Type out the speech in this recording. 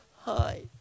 Hi